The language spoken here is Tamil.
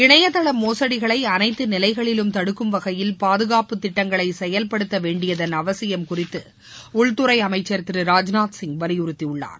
இணையதள மோசடிகளை அனைத்து நிலைகளிலும் தடுக்கும் வகையில் பாதுகாப்பு திட்டங்களை செயல்படுத்த வேண்டியனத் அவசியம் குறித்து உள்துறை அமைச்சர் திரு ராஜ்நாத் சிங் வலியுறுத்தியுள்ளார்